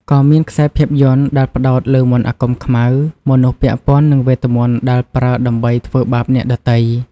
ក៏មានខ្សែភាពយន្តដែលផ្តោតលើមន្តអាគមខ្មៅ មនុស្សពាក់ពន្ធ័នឹងវេទមន្តដែលប្រើដើម្បីធ្វើបាបអ្នកដទៃ។